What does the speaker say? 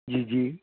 ਜੀ ਜੀ